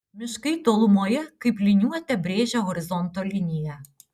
miškai tolumoje kaip liniuote brėžia horizonto liniją